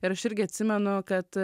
ir aš irgi atsimenu kad